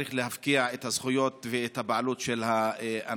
צריך להפקיע את הזכויות ואת הבעלות של האנשים?